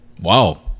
Wow